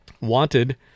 wanted